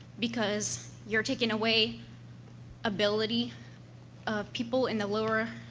because you're taking away ability of people in the lower,